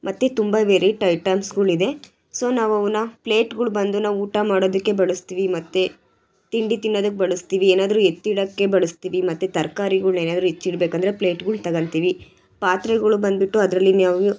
ಮತ್ತು ತುಂಬ ವೆರೈಟಿ ಐಟಮ್ಸ್ಗಳಿದೆ ಸೊ ನಾವು ಅವುನ್ನ ಪ್ಲೇಟ್ಗಳ್ ಬಂದು ನಾವು ಊಟ ಮಾಡೋದಕ್ಕೆ ಬಳಸ್ತೀವಿ ಮತ್ತು ತಿಂಡಿ ತಿನ್ನೊದಕ್ಕೆ ಬಳಸ್ತೀವಿ ಏನಾದರೂ ಎತ್ತಿಡೋಕ್ಕೆ ಬಳಸ್ತೀವಿ ಮತ್ತು ತರ್ಕಾರಿಗಳ್ ಏನಾದರೂ ಹೆಚ್ಚಿಡ್ಬೇಕಂದ್ರೆ ಪ್ಲೇಟ್ಗಳ್ ತಗೋತೀವಿ ಪಾತ್ರೆಗಳು ಬಂದುಬಿಟ್ಟು ಅದ್ರಲ್ಲಿ ಇನ್ಯಾವ್ನು